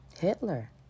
Hitler